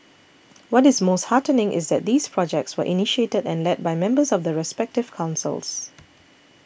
what is most heartening is that these projects were initiated and led by members of the respective councils